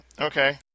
Okay